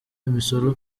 imisoro